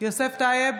יוסף טייב,